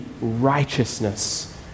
righteousness